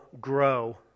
grow